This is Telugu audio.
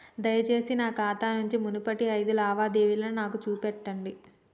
దయచేసి నా ఖాతా నుంచి మునుపటి ఐదు లావాదేవీలను నాకు చూపెట్టండి